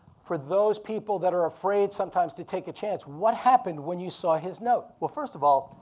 for those people that are afraid sometimes to take a chance, what happened when you saw his note? well, first of all,